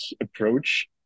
approach